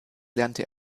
lernte